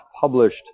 published